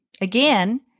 Again